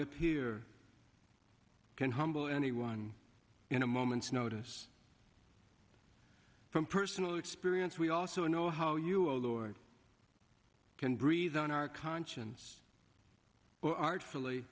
it here can humble anyone in a moment's notice from personal experience we also know how you our lord can breathe on our conscience or artfully